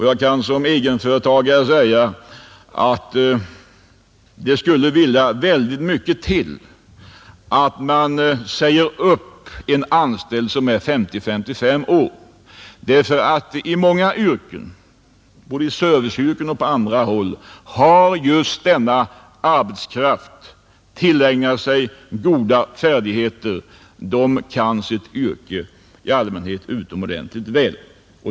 Jag kan såsom egen företagare framhålla att det vill mycket till innan man säger upp en anställd som är 50—55 år. I många yrken, både i serviceyrken och på andra håll, har just denna arbetskraft tillägnat sig goda färdigheter och kan sitt yrke i allmänhet utomordentligt väl.